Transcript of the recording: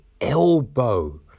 elbow